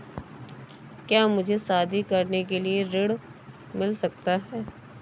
क्या मुझे शादी करने के लिए ऋण मिल सकता है?